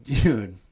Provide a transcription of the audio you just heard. Dude